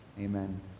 amen